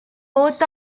both